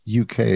UK